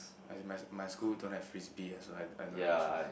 as in my my school don't have frisbee ah so I I don't I not really sure